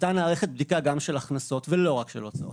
הייתה נערכת גם בדיקה של הכנסות ולא רק של הוצאות.